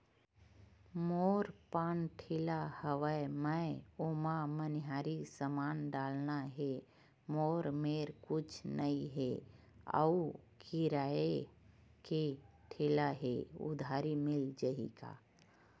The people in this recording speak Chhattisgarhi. मोर पान ठेला हवय मैं ओमा मनिहारी समान डालना हे मोर मेर कुछ नई हे आऊ किराए के ठेला हे उधारी मिल जहीं का?